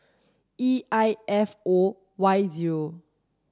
E I F O Y zero